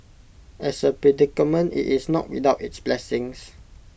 as A predicament IT is not without its blessings